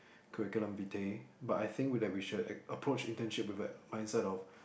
curriculum vitae but I think we like we should ac~ approach internship with a mindset of